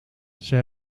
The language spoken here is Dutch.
zij